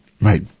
Right